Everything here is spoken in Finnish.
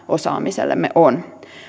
osaamisellemme on